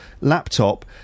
laptop